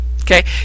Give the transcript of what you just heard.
Okay